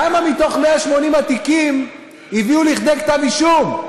כמה מ-180 התיקים הגיעו כדי כתב אישום?